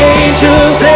angels